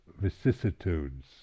vicissitudes